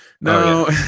No